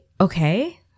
okay